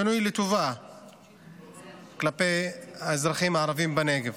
שינוי לטובה כלפי האזרחים הערבים בנגב.